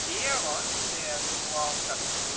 hieron der nur auf das